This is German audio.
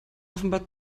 offenbar